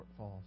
shortfalls